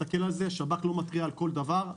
שב"כ לא מתריע על כל דבר,